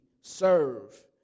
serve